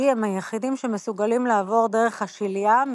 הם היחידים שמסוגלים לעבור דרך השליה,